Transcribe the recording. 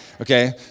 Okay